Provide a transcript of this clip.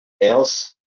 Else